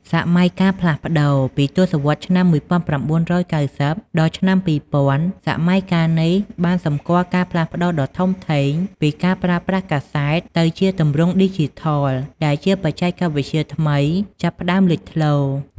សម័យកាលផ្លាស់ប្តូរ ពីទសវត្សរ៍ឆ្នាំ ១៩៩០ ដល់ឆ្នាំ ២០០០ សម័យកាលនេះបានសម្គាល់ការផ្លាស់ប្ដូរដ៏ធំធេងពីការប្រើប្រាស់កាសែត ទៅជាទម្រង់ឌីជីថល ដែលជាបច្ចេកវិទ្យាថ្មីចាប់ផ្ដើមលេចធ្លោ។